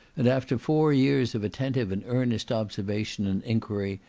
and after four years of attentive and earnest observation and enquiry,